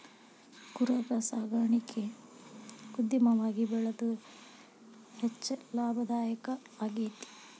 ಕುರರ ಸಾಕಾಣಿಕೆ ಉದ್ಯಮವಾಗಿ ಬೆಳದು ಹೆಚ್ಚ ಲಾಭದಾಯಕಾ ಆಗೇತಿ